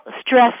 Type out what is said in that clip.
stress